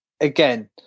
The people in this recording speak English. again